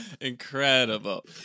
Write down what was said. Incredible